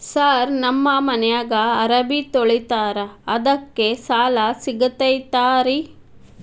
Sir ನಮ್ಮ ಮನ್ಯಾಗ ಅರಬಿ ತೊಳಿತಾರ ಅದಕ್ಕೆ ಸಾಲ ಸಿಗತೈತ ರಿ?